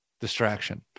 distraction